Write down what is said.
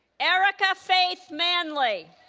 erika faith manley